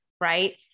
right